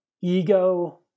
ego